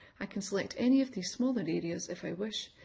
i can select any of these smaller areas if i wish.